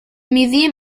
museum